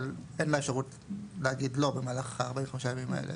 אבל אין לה אפשרות להגיד לא במהלך ה-45 ימים האלה.